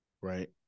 Right